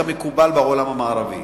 כמקובל בעולם המערבי".